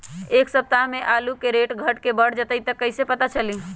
एक सप्ताह मे आलू के रेट घट ये बढ़ जतई त कईसे पता चली?